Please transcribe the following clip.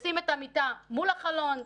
לשים את המיטה מול החלון,